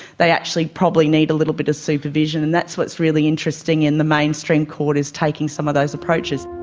they actually probably need a little bit of supervision, and that's what is really interesting in the mainstream court, is taking some of those approaches.